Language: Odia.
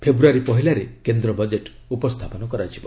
ଫେବୃୟାରୀ ପହିଲାରେ କେନ୍ଦ ବଜେଟ୍ ଉପସ୍ଥାପନ କରାଯିବ